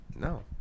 No